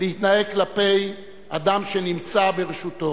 להתנהג כלפי אדם שנמצא ברשותו.